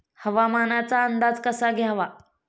हवामानाचा अंदाज कसा घ्यावा?